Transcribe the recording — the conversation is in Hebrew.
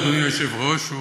אדוני היושב-ראש,